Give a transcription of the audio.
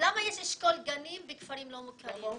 למה יש אשכול גנים בכפרים לא מוכרים?